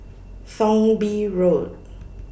Thong Bee Road